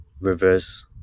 reverse